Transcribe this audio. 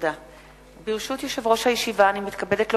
ברשות יושב-ראש הישיבה, אני מתכבדת להודיעכם,